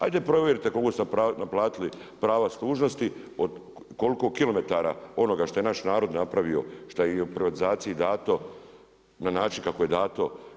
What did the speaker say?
Ajde provjerite koliko ste naplatili prava služnosti, koliko kilometara onoga što je naš narod napravio, šta je u privatizaciji dato na način kako je dato.